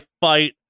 fight